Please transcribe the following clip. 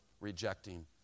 rejecting